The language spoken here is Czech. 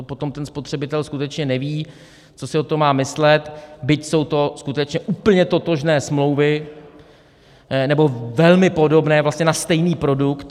To potom spotřebitel skutečně neví, co si o tom má myslet, byť jsou to skutečně úplně totožné smlouvy nebo velmi podobné, vlastně na stejný produkt.